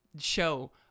show